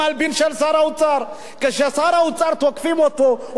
כאשר תוקפים את שר האוצר הוא שולף את האיש החברתי הזה,